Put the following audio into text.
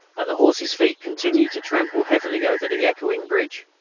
and the horses' feet continued to trample heavily over the echoing bridge.